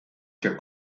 der